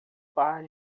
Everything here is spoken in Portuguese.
par